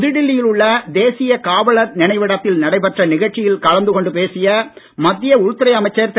புதுடெல்லியில் உள்ள தேசிய காவலர் நினைவிடத்தில் நடைபெற்ற நிகழ்ச்சியில் கலந்து கொண்டு பேசிய மத்திய உள்துறை அமைச்சர் திரு